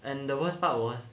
and the worst part was